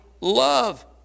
love